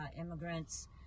immigrants